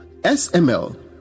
sml